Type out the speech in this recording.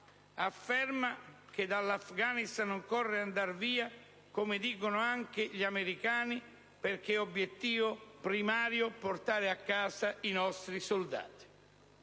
afferma che «dall'Afghanistan occorre andar via. Lo dicono anche gli americani», perché obiettivo primario è «portare a casa i nostri ragazzi».